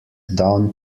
down